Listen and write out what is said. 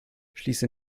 schließe